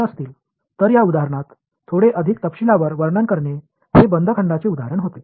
எனவே இந்த எடுத்துக்காட்டில் இன்னும் கொஞ்சம் விரிவாகக் கூறினால் இது ஒரு மூடிய கொள்ளளவுக்கு ஒரு எடுத்துக்காட்டு